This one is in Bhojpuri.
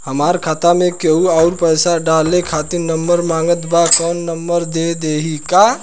हमार खाता मे केहु आउर पैसा डाले खातिर नंबर मांगत् बा कौन नंबर दे दिही?